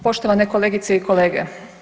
Poštovane kolegice i kolege.